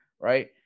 right